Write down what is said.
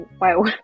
wow